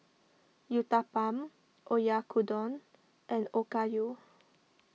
Uthapam Oyakodon and Okayu